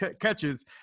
catches